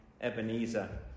Ebenezer